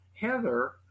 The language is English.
Heather